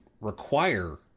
require